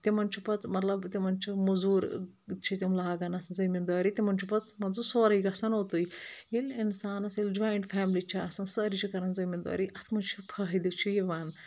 تمَن چھُ پَتہٕ مطلب تِمَن چھُ موزوٗر چھِ تِم لاگَان اَتھ زٔمیٖندٲری تِمَن چھُ پَتہٕ مان ژٕ سورُے گژھَان اوٚتُے ییٚلہِ اِنسانَس ییٚلہِ جویِنٛٹ فَیٚملی چھِ آسَان سٲری چھِ کَران زٔمیٖندٲری اَتھ منٛز چھُ فٲہِدٕ چھُ یِوَان